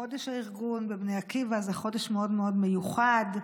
חודש הארגון בבני עקיבא זה חודש מאוד-מאוד מיוחד,